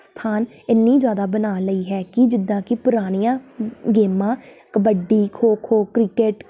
ਸਥਾਨ ਇੰਨੀ ਜ਼ਿਆਦਾ ਬਣਾ ਲਈ ਹੈ ਕਿ ਜਿੱਦਾਂ ਕਿ ਪੁਰਾਣੀਆਂ ਗੇਮਾਂ ਕਬੱਡੀ ਖੋ ਖੋ ਕ੍ਰਿਕਟ